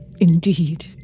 indeed